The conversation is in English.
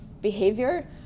behavior